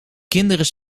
kinderen